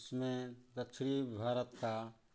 उसमें दक्षिणी भारत का